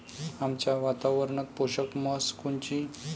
आमच्या वातावरनात पोषक म्हस कोनची?